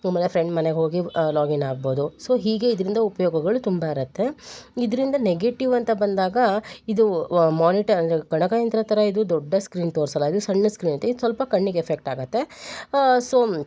ಸುಮ್ಮನೆ ಫ್ರೆಂಡ್ ಮನೆಗೆ ಹೋಗಿ ಲಾಗಿನ್ ಆಗ್ಬೋದು ಸೊ ಹೀಗೆ ಇದರಿಂದ ಉಪಯೋಗಗಳು ತುಂಬ ಇರುತ್ತೆ ಇದರಿಂದ ನೆಗೆಟಿವ್ ಅಂತ ಬಂದಾಗ ಇದು ಮೋನಿಟ ಅಂದರೆ ಗಣಕಯಂತ್ರದ ಥರ ಇದು ದೊಡ್ಡ ಸ್ಕ್ರೀನ್ ತೋರ್ಸೋಲ್ಲ ಇದು ಸಣ್ಣ ಸ್ಕ್ರೀನ್ ಇರುತ್ತೆ ಇದು ಸ್ವಲ್ಪ ಕಣ್ಣಿಗೆ ಎಫೆಕ್ಟಾಗುತ್ತೆ ಸೊ